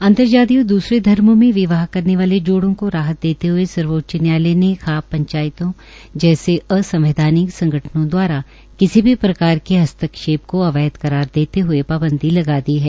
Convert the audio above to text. अन्तर जातीय और द्रसरे धर्मो में विवाह करने वाले जोड़ो को राहत देते हए सर्वोच्च न्यायालय ने खाप पंचायतों जैसे असंवैधानिक संगठनों दवारा किसी भी प्रकार के हस्ताक्षेप को अवैध करार देते हए पांबदी लगा दी है